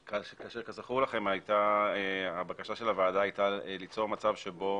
כזכור לכם הבקשה של הוועדה הייתה ליצור מצב שבו